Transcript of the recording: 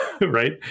right